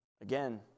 Again